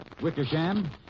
Wickersham